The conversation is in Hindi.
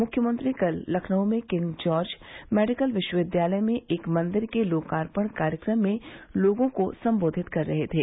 मुख्यमंत्री कल लखनऊ में किंग जार्ज मेडिकल विश्वविद्यालय में एक मन्दिर के लोकार्पण कार्यक्रम में लोगों को सम्बोधित कर रहे थे